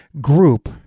group